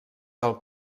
del